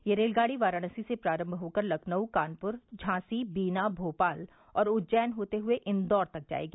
यह रेलगाड़ी वाराणसी से प्रारम्भ होकर लखनऊ कानपुर झांसी बीना भोपाल और उज्जैन होते हए इंदौर तक जायेगी